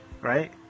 right